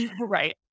right